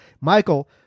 Michael